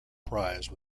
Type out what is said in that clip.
prize